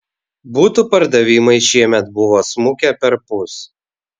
butų pardavimai šiemet buvo smukę perpus